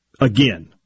again